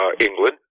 England